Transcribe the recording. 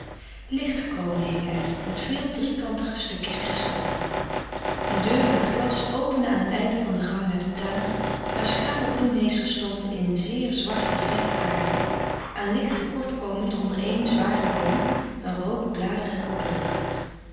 zoldering lichtkronen hingen er met veel driekantige stukjes kristal een deur met glas opende frederik van eeden van de koele meren des doods aan t einde van den gang naar den tuin waar schrale bloemheesters stonden in zeer zwarte vette aarde aan licht te kort komend onder één zwaren boom een roodbladerige